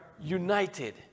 united